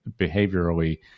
behaviorally